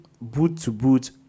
boot-to-boot